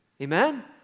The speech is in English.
Amen